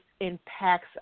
impacts